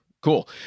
Cool